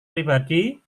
pribadi